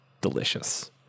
delicious